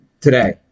Today